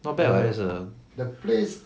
not bad lah that's a